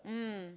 mm